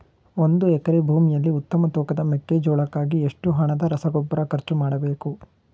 ಒಂದು ಎಕರೆ ಭೂಮಿಯಲ್ಲಿ ಉತ್ತಮ ತೂಕದ ಮೆಕ್ಕೆಜೋಳಕ್ಕಾಗಿ ಎಷ್ಟು ಹಣದ ರಸಗೊಬ್ಬರ ಖರ್ಚು ಮಾಡಬೇಕು?